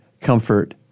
comfort